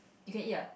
you can eat ah